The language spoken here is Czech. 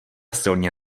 silně